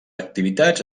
activitats